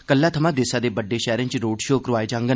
कल्लै थमां देसै दे बड्डे शैहरें च रोड शो करोआए जाडन